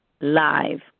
live